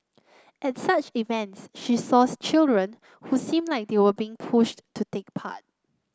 at such events she saw children who seemed like they were being pushed to take part